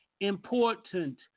important